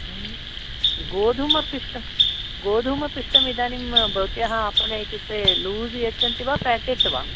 गोधूमपिष्ट गोधूमपिष्टम् इदानीम् भवत्याः आपणे इत्युक्ते लूस् यच्छन्ति वा पेकेट् वा